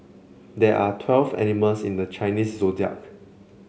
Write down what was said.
there are twelve animals in the Chinese Zodiac